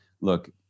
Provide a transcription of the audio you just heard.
look